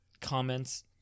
Comments